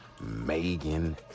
Megan